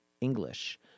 English